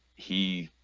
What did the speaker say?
he